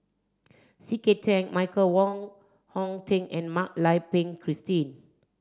C K Tang Michael Wong Hong Teng and Mak Lai Peng Christine